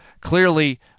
clearly